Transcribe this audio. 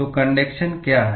तो कन्डक्शन क्या है